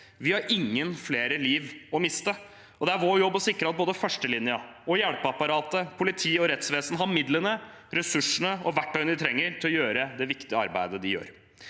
Vi har ingen flere liv å miste. Det er vår jobb å sikre at både førstelinjen og hjelpeapparatet, politi og rettsvesen har midlene, ressursene og verktøyene de trenger for å gjøre det viktige arbeidet de gjør.